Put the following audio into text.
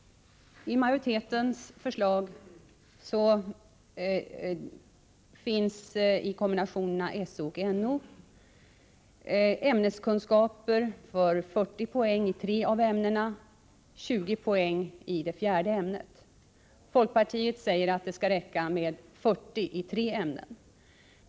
I majoritetens förslag finns i kombinationerna samhällsorienterande ämnen och naturorienterande ämnen ämneskunskaper för 40 poäng i tre av ämnena och 20 poäng i det fjärde ämnet. Folkpartiet säger att det skall räcka med 40 poäng i tre ämnen.